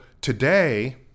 today